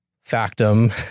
Factum